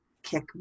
Kick